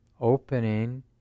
opening